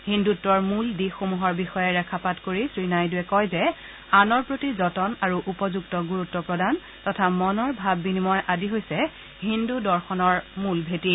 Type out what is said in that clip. হিন্দুত্ব মূল দিশসমূহৰ বিষয়ে ৰেখপাত কৰি শ্ৰীনাইডুৱে কয় যে আনৰ প্ৰিত যতন আৰু উপযুক্ত গুৰুত্ব প্ৰদান তথা মনৰ ভাব বিনিময় আদি হৈছে হিন্দু দৰ্শনৰ মূল ভেঁটি